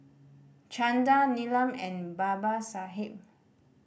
Chanda Neelam and Babasaheb